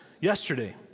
yesterday